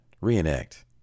reenact